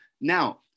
Now